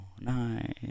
Nice